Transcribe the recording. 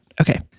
Okay